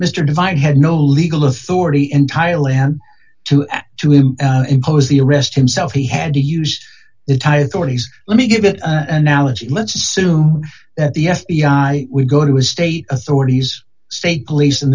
mr divine had no legal authority in thailand to add to it impose the arrest himself he had to use the thai authorities let me give it a analogy let's assume that the f b i we go to a state authorities state police in